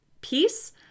peace